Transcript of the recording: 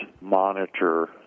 monitor